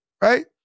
right